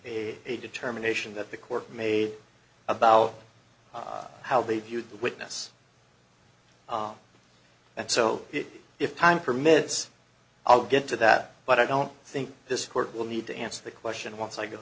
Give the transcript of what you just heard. a determination that the court made about how they viewed the witness and so if time permits i'll get to that but i don't think this court will need to answer the question once i go